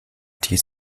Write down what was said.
dies